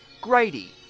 Grady